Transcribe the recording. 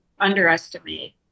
underestimate